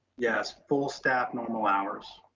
yes, full staff, normal hours,